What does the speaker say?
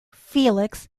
felix